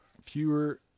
fewer